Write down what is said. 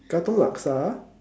Katong laksa